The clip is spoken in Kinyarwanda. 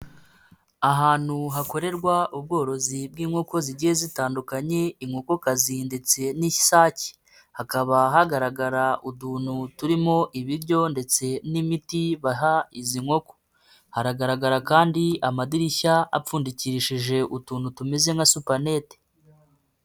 Ahantu hakorerwa ubworozi bw'inkoko zigiye zitandukanye, inkokokazi ndetse n'isake. Hakaba hagaragara utuntu turimo ibiryo ndetse n'imiti baha izi nkoko. Haragaragara kandi amadirishya apfundikirishije utuntu tumeze nka supanete.